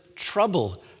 Trouble